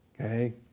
Okay